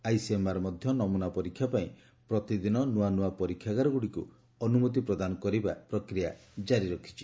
ICMR ମଧ୍ୟ ନମୁନା ପରୀକ୍ଷା ପାଇଁ ପ୍ରତିଦିନ ନୂଆନୂଆ ପରୀକ୍ଷାଗାରଗୁଡ଼ିକୁ ଅନୁମତି ପ୍ରଦାନ କରିବା ଜାରି ରଖିଛି